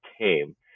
came